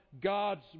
God's